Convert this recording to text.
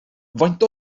faint